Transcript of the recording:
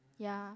ya